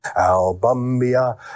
Albumbia